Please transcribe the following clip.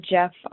Jeff